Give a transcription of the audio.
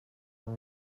hora